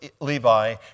Levi